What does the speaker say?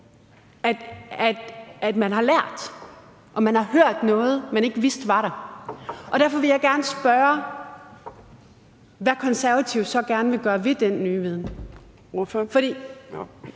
at man har lært noget, og at man har hørt noget, man ikke vidste var der. Derfor vil jeg gerne spørge, hvad De Konservative så gerne vil gøre med den nye viden. Jeg tror